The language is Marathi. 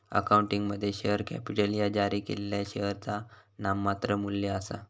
अकाउंटिंगमध्ये, शेअर कॅपिटल ह्या जारी केलेल्या शेअरचा नाममात्र मू्ल्य आसा